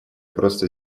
просто